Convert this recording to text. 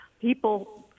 people